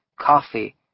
coffee